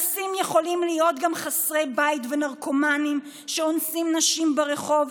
אנסים יכולים להיות גם חסרי בית ונרקומנים שאונסים נשים ברחוב,